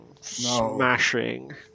Smashing